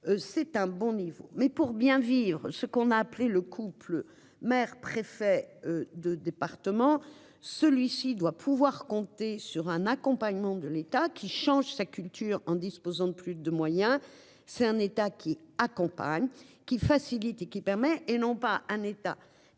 C'est un bon niveau mais pour bien vivre ce qu'on a appelé le couple mère préfets de département. Celui-ci doit pouvoir compter sur un accompagnement de l'État qui change sa culture en disposant de plus de moyens. C'est un état qui accompagnent qui facilite et qui permet et non pas un État